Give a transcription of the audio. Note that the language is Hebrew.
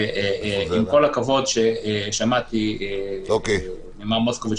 ועם כל הכבוד מה ששמעתי ממר מוסקוביץ,